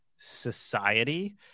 society